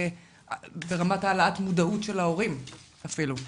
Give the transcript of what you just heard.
ברמת העלאת מודעות של ההורים אפילו,